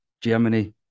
Germany